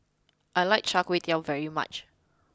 I like Char Kway Teow very much